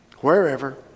Wherever